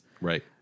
Right